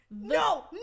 no